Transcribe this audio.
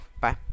bye